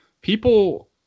people